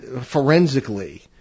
forensically